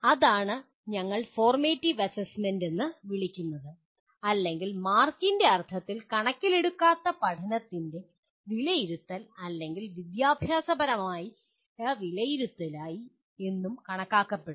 അതാണ് ഞങ്ങൾ formative assessment എന്ന് വിളിക്കുന്നത് അല്ലെങ്കിൽ മാർക്കിൻ്റെ അർത്ഥത്തിൽ കണക്കിലെടുക്കാത്ത പഠനത്തിൻ്റെ വിലയിരുത്തൽ അല്ലെങ്കിൽ വിദ്യാഭ്യാസപരമായ വിലയിരുത്തലായി എന്നും കണക്കാക്കപ്പെടുന്നു